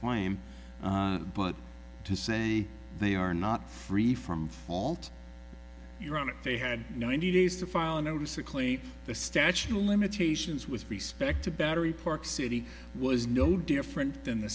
claim but to say they are not free from fault your honor they had ninety days to file a notice a cli the statute of limitations with respect to battery park city was no different than the